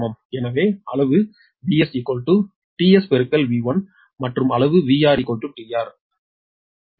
எனவே அளவு |𝑽𝑺|𝒕𝑺∗𝑽𝟏 மற்றும் அளவு |𝑽𝑹|𝒕𝑹 𝒚our 𝒕𝑹∗magnitude |𝑽𝟐|